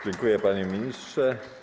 Dziękuję, panie ministrze.